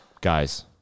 Guys